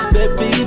Baby